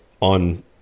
on